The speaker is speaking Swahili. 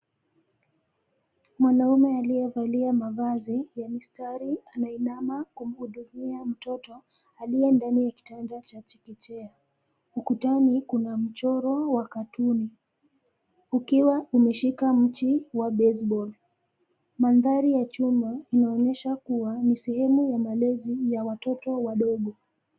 Mwanaume aliyevalia mavazi ya mistari anainama kumhudumia mtoto aliye ndani ya kitanda cha chekechea. Ukutani kuna mchoro wa katuni ukiwa umeshika mchi wa baseball . Mandhari ya chumba inaonyesha kua sehemu ya malezi ya watoto wadogo.